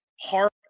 heart